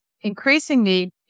increasingly